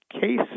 case